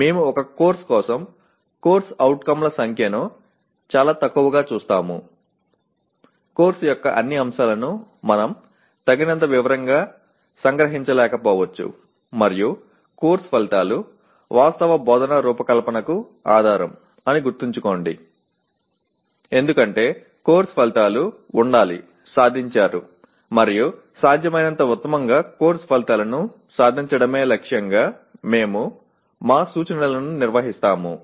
మేము ఒక కోర్సు కోసం CO ల సంఖ్యను చాలా తక్కువగా చూస్తాము కోర్సు యొక్క అన్ని అంశాలను మనం తగినంత వివరంగా సంగ్రహించలేకపోవచ్చు మరియు కోర్సు ఫలితాలు వాస్తవ బోధనా రూపకల్పనకు ఆధారం అని గుర్తుంచుకోండి ఎందుకంటే కోర్సు ఫలితాలు ఉండాలి సాధించారు మరియు సాధ్యమైనంత ఉత్తమంగా కోర్సు ఫలితాలను సాధించడమే లక్ష్యంగా మేము మా సూచనలను నిర్వహిస్తాము